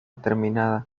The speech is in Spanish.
terminada